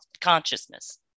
consciousness